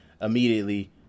immediately